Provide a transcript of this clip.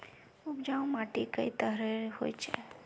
उपजाऊ माटी कई तरहेर होचए?